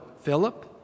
Philip